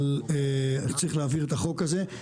אבל צריך להעביר את החוק הזה.